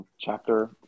Chapter